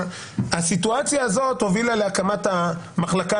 הסיטואציה הזאת הובילה להקמת המחלקה